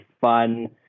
fun